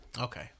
okay